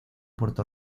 puerto